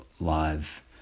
Live